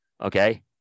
okay